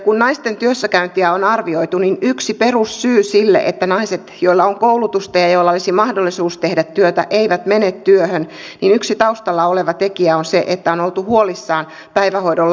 kun naisten työssäkäyntiä on arvioitu niin yksi taustalla oleva tekijä sille että naiset joilla on koulutusta ja joilla olisi mahdollisuus tehdä työtä eivät mene työhön on se että on oltu huolissaan päivähoidon laadusta